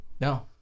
No